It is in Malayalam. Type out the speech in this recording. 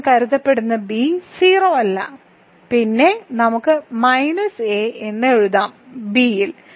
0 എന്ന് കരുതപ്പെടുന്ന ബി 0 അല്ല പിന്നെ നമുക്ക് മൈനസ് എ എന്ന് എഴുതാം b യിൽ